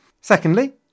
Secondly